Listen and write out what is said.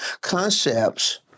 concepts